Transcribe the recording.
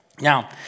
Now